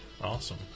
Awesome